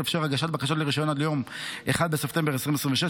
תתאפשר הגשת בקשות לרישיון עד ליום 1 בספטמבר 2026,